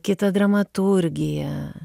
kita dramaturgija